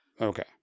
Okay